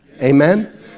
Amen